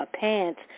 Pants